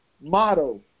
motto